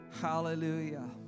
hallelujah